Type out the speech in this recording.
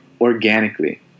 organically